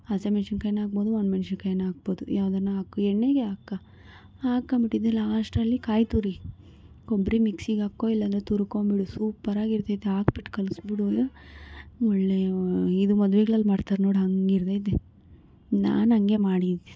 ಹಸಿ ಮೆಣ್ಸಿನ್ಕಾಯಿಯೂ ಹಾಕ್ಬೋದು ಒಣಮೆಣ್ಸಿನ್ಕಾಯಿಯೂ ಹಾಕ್ಬೋದು ಯಾವ್ದಾನ ಹಾಕ್ಬೋದು ಎಣ್ಣೆಗೆ ಹಾಕ್ಕೋ ಹಾಕ್ಕೊಂಬಿಟ್ಟು ಲಾಶ್ಟಲ್ಲಿ ಕಾಯಿ ತುರಿ ಕೊಬ್ರಿ ಮಿಕ್ಸಿಗೆ ಹಾಕೋ ಇಲ್ಲಾಂದ್ರೆ ತುರ್ಕೊಂಬಿಡು ಸೂಪರಾಗಿರ್ತೈತೆ ಹಾಕ್ಬಿಟ್ಟು ಕಲಿಸ್ಬಿಡು ಒಳ್ಳೆ ಇದು ಮದ್ವೆಗಳಲ್ಲಿ ಮಾಡ್ತಾರೆ ನೋಡು ಹಂಗಿರ್ತೈತೆ ನಾನು ಹಂಗೆ ಮಾಡಿದಿದ್ದು